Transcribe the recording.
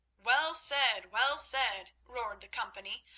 well said! well said! roared the company.